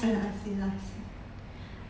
!aiya!